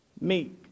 Meek